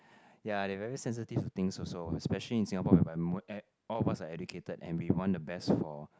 ya they very sensitive to things also especially in Singapore whereby all of us are educated and we want the best for